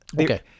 Okay